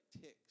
ticks